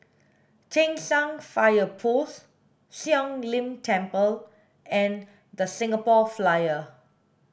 Cheng San Fire Post Siong Lim Temple and The Singapore Flyer